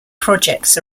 projects